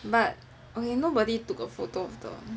but okay nobody took a photo of the